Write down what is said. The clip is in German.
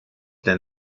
der